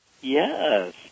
Yes